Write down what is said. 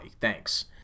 Thanks